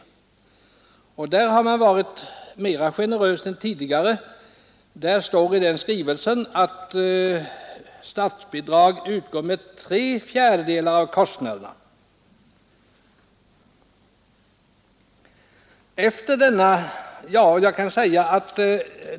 I den skrivelsen har man varit mera generös än tidigare; där står att statsbidrag utgår med 3/4 av kostnaderna.